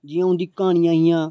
जि'यां उं'दिया क्हानियां हियां